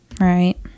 right